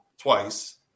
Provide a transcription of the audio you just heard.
twice